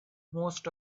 most